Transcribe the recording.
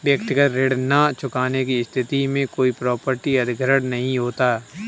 व्यक्तिगत ऋण न चुकाने की स्थिति में कोई प्रॉपर्टी अधिग्रहण नहीं होता